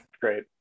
Great